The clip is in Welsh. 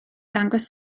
ddangos